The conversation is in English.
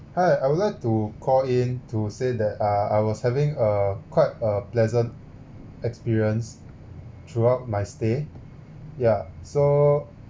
hi I would like to call in to say that uh I was having uh quite a pleasant experience throughout my stay yeah so